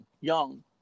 Young